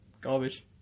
garbage